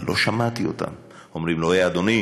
אבל לא שמעתי אותם אומרים לו: אדוני,